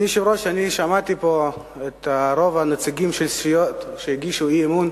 אני שמעתי פה את רוב הנציגים שהגישו אי-אמון.